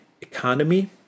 economy